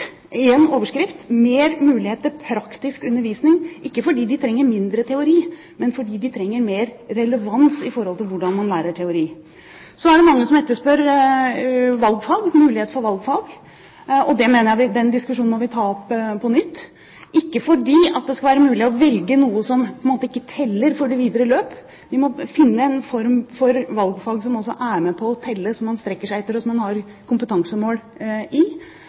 overskrift: Mer mulighet til praktisk undervisning – ikke fordi elevene trenger mindre teori, men fordi de trenger mer relevans knyttet til hvordan man lærer teori. Så er det mange som etterspør mulighet for valgfag. Den diskusjonen mener jeg vi må ta opp på nytt – ikke fordi det skal være mulig å velge noe som på en måte ikke teller for det videre løp, men vi må finne en form for valgfag som også er med på å telle, som man strekker seg etter, og som man har kompetansemål